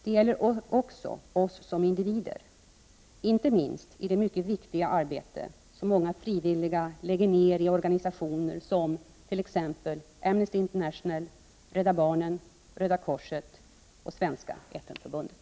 Det gäller också oss som individer — inte minst i det mycket viktiga arbete som många frivilliga lägger ned i organisationer som Amnesty International, Rädda barnen, Röda korset och Svenska FN förbundet.